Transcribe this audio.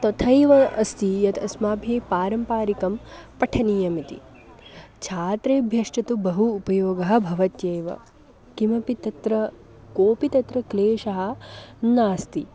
तथैव अस्ति यत् अस्माभिः पारम्परिकं पठनीयम् इति छात्रेभ्यश्च तु बहु उपयोगः भवत्येव किमपि तत्र कोऽपि त्र क्लेशः नास्ति